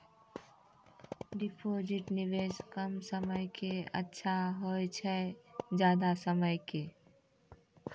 Deposit निवेश कम समय के के अच्छा होय छै ज्यादा समय के?